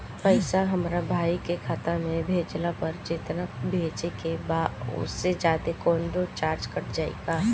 पैसा हमरा भाई के खाता मे भेजला पर जेतना भेजे के बा औसे जादे कौनोचार्ज कट जाई का?